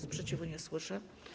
Sprzeciwu nie słyszę.